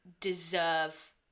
deserve